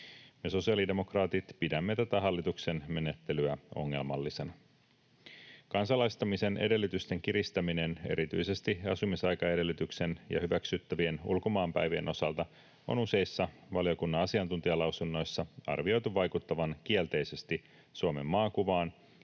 Me sosiaalidemokraatit pidämme tätä hallituksen menettelyä ongelmallisena. Kansalaistamisen edellytysten kiristäminen erityisesti asumisaikaedellytyksen ja hyväksyttävien ulkomaanpäivien osalta on useissa valiokunnan asiantuntijalausunnoissa arvioitu vaikuttavan kielteisesti Suomen maakuvaan